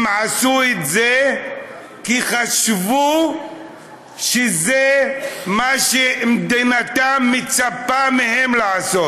הם עשו את זה כי חשבו שזה מה שמדינתם מצפה מהם לעשות.